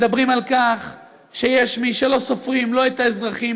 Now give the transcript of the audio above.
מדברים על כך שיש מי שלא סופרים לא את האזרחים,